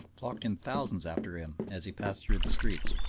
flocked in thousands after him as he passed through the streets.